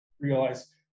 Realize